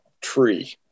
tree